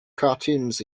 cartoons